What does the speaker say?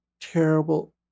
terrible